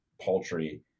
paltry